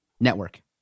Network